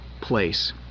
place